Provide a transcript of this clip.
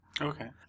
Okay